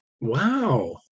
Wow